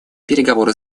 переговоры